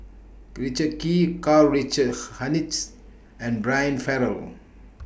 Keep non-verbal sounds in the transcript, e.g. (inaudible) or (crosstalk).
Richard Kee Karl Richard (unintelligible) Hanitsch and Brian Farrell